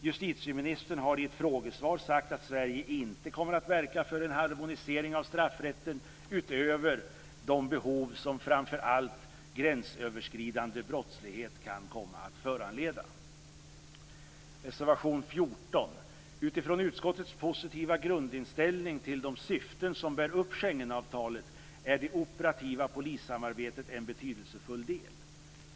Justitieministern har i ett frågesvar sagt att Sverige inte kommer att verka för en harmonisering av straffrätten utöver vad framför allt gränsöverskridande brottslighet kan komma att föranleda. Reservation 14: Utifrån utskottets positiva grundinställning till de syften som bär upp Schengenavtalet är det operativa polissamarbetet en betydelsefull del.